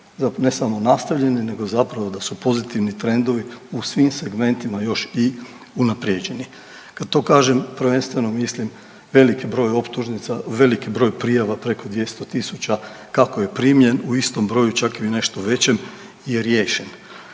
ne samo nastavljeni nego zapravo da su pozitivni trendovi u svim segmentima još i unaprijeđeni. Kad to kažem, prvenstveno mislim veliki broj optužnica, veliki broj prijava preko 200.000 kako je primljen u istom broju, čak i u nešto većem je riješen,